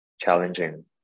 challenging